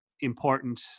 important